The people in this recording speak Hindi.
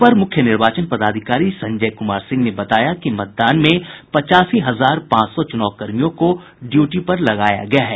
अपर मुख्य निर्वाचन पदाधिकारी संजय कुमार सिंह ने बताया कि मतदान में पच्चासी हजार पांच सौ चुनाव कर्मियों को ड्यूटी पर लगाया गया है